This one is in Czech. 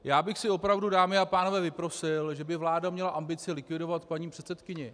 Já bych si opravdu, dámy a pánové, vyprosil, že by vláda měla ambice likvidovat paní předsedkyni.